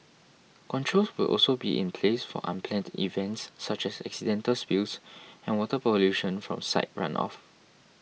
controls will also be in place for unplanned events such as accidental spills and water pollution from site run off